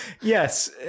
yes